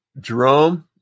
Jerome